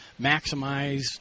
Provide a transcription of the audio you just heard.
maximize